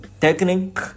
technique